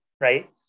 Right